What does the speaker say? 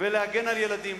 ולהגן על ילדים.